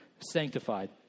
sanctified